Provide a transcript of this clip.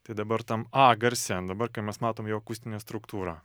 tai dabar tam a garse dabar kai mes matom jo akustinę struktūrą